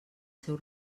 seu